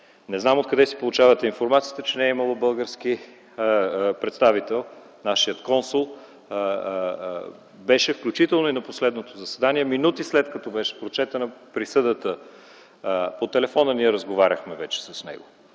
Не знам откъде получавате информацията, че не е имало български представител. Нашият консул беше, включително и на последното заседание. Минути, след като беше прочетена присъдата, ние вече разговаряхме с него